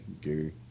Gary